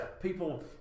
People